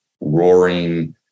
roaring